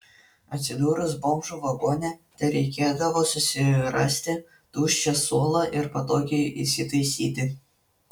atsidūrus bomžų vagone tereikėdavo susirasti tuščią suolą ir patogiai įsitaisyti